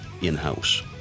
in-house